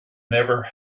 never